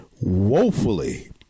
woefully